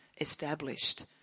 established